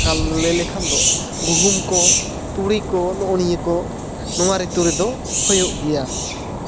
ᱠᱟᱞ ᱞᱟᱹᱭ ᱞᱮᱠᱷᱟᱱ ᱫᱚ ᱜᱩᱦᱩᱢ ᱠᱚ ᱛᱩᱲᱤ ᱠᱚ ᱱᱚᱜ ᱱᱤᱭᱟᱹ ᱠᱚ ᱱᱚᱣᱟ ᱨᱤᱛᱩ ᱨᱮᱫᱚ ᱦᱳᱭᱳᱜ ᱜᱮᱭᱟ